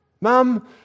Mum